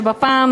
שבפעם